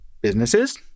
businesses